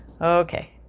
Okay